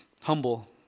humble